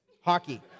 Hockey